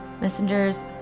Messengers